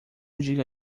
diga